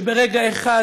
שברגע אחד,